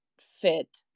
fit